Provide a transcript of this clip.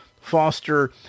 foster